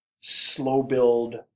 slow-build